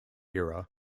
era